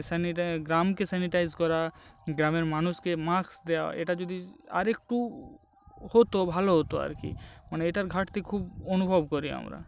স্যানিটা গ্রামকে স্যানিটাইজ করা গ্রামের মানুষকে মাস্ক দেওয়া এটা যদি আরেকটু হতো ভালো হতো আর কি মানে এটার ঘাটতি খুব অনুভব করি আমরা